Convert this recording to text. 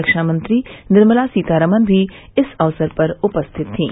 रक्षा मंत्री निर्मला सीतारमन भी इस अवसर पर उपस्थित थीं